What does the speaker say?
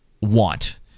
want